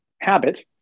habit